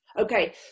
okay